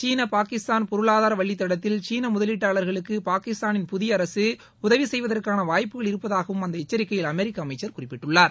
சீன பாகிஸ்தான் பொருளாதார வழித்தடத்தில் சீன முதலீட்டாளர்களுக்கு பாகிஸ்தானின் புதிய அரசு உதவி செய்வதற்கான வாய்ப்புகள் இருப்பதாகவும் அந்த எச்சரிக்கையில் அமெரிக்க அமைச்சர் குறிப்பிட்டுள்ளார்